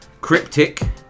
cryptic